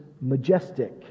majestic